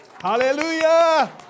Hallelujah